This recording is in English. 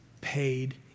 paid